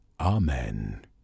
Amen